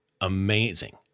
amazing